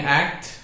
act